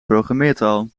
programmeertaal